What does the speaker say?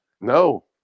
No